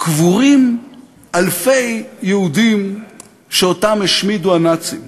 קבורים אלפי יהודים שהשמידו הנאצים.